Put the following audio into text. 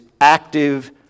active